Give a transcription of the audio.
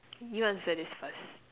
you answer this first